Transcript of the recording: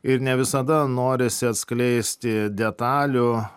ir ne visada norisi atskleisti detalių